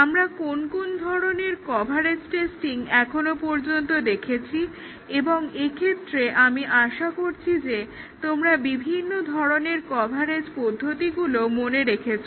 আমরা কোন কোন ধরনের কভারেজ টেস্টিং এখনো পর্যন্ত দেখেছি এবং এক্ষেত্রে আমি আশা করছি যে তোমরা বিভিন্ন ধরনের কভারেজ পদ্ধতিগুলো মনে রেখেছো